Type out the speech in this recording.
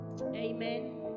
Amen